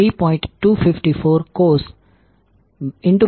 389A i23